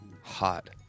hot